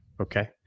Okay